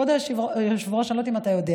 כבוד היושב-ראש, אני לא יודעת אם אתה יודע.